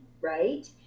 right